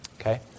Okay